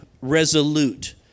resolute